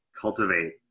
cultivate